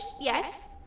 yes